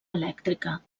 elèctrica